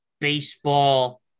baseball